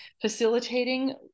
facilitating